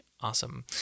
awesome